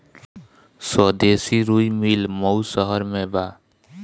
स्वदेशी रुई मिल मऊ शहर में बा